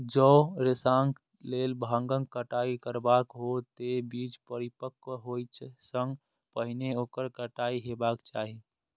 जौं रेशाक लेल भांगक कटाइ करबाक हो, ते बीज परिपक्व होइ सं पहिने ओकर कटाइ हेबाक चाही